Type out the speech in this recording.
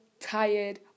tired